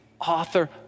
author